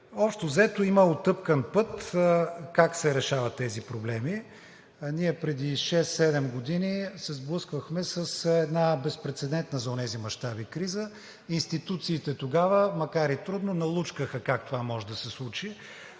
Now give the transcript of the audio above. общо взето, има утъпкан път как се решават тези проблеми. Ние преди шест-седем години се сблъсквахме с една безпрецедентна за онези мащаби криза. Институциите тогава, макар и трудно, налучкаха как това може да се случи,